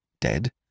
Dead